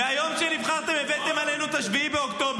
מהיום שנבחרתם הבאתם עלינו את 7 באוקטובר,